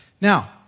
Now